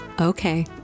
Okay